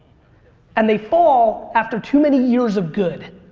and they fall after too many years of good.